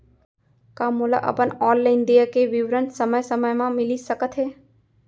का मोला अपन ऑनलाइन देय के विवरण समय समय म मिलिस सकत हे?